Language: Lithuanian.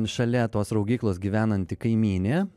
šalia tos raugyklos gyvenanti kaimynė